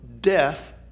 death